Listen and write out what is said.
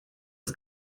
als